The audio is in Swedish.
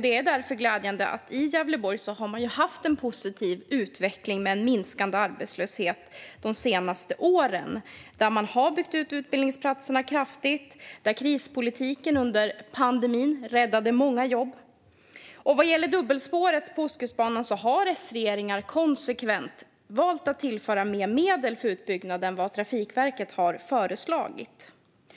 Det är därför glädjande att man i Gävleborg har haft en positiv utveckling med en minskande arbetslöshet de senaste åren. Man har byggt ut utbildningsplatserna kraftigt, och krispolitiken under pandemin räddade många jobb. Vad gäller dubbelspåret på Ostkustbanan har S-regeringar konsekvent valt att tillföra mer medel för utbyggnad än vad Trafikverket har föreslagit.